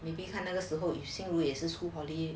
maybe you 那个时候 xin ru 也是 school holiday